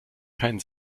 kein